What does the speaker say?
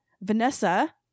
vanessa